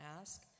ask